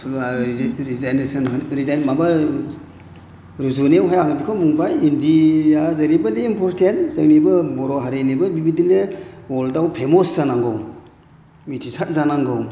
ओ resignation resign माबा रुजुनायावहाय आङो बेखौनो बुंबाय हिन्दीआ जेरैबादि इम्परटेन्ट जोंनिबो बर' हारिनिबो बेबायदिनो वर्ल्डआव फेमास जानांगौ मिथिसार जानांगौ